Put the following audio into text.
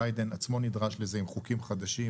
ביידן עצמו נדרש לזה עם חוקים חדשים